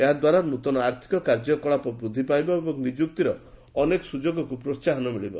ଏହାଦ୍ୱାରା ନ୍ତନ ଆର୍ଥିକ କାର୍ଯ୍ୟକଳାପ ବୃଦ୍ଧି ପାଇବ ଏବଂ ନିଯୁକ୍ତିର ଅନେକ ସୁଯୋଗକୁ ପ୍ରୋହାହନ ମିଳିବ